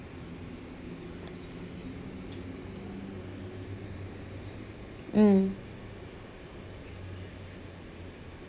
mm